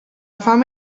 fam